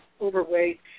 overweight